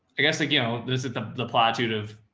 i guess like, you know, there's the the plots you'd have,